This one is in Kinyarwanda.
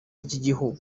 by’igihugu